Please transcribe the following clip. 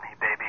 baby